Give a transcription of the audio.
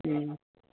ꯎꯝ